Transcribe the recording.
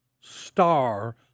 star